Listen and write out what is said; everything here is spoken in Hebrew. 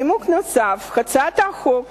נימוק נוסף, הצעת החוק